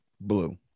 Blue